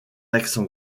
accent